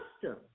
custom